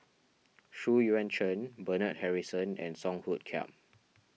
Xu Yuan Zhen Bernard Harrison and Song Hoot Kiam